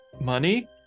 Money